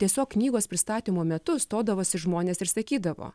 tiesiog knygos pristatymo metu stodavosi žmonės ir sakydavo